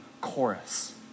chorus